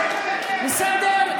בסדר?